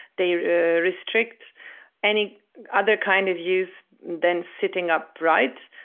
they restrict any other kind of use than sitting upright.